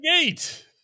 gate